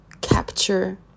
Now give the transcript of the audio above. capture